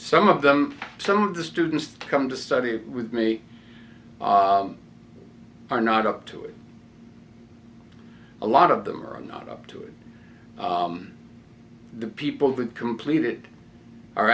some of them some of the students come to study with me are not up to it a lot of them are not up to it the people that completed are